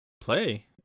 play